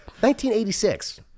1986